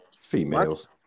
Females